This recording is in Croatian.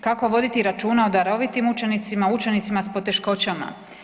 Kako voditi računa o darovitim učenicima, učenicima s poteškoćama?